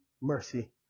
mercy